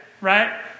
Right